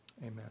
Amen